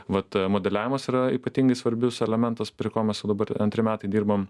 vat modeliavimas yra ypatingai svarbius elementas prie ko mes jau dabar antri metai dirbam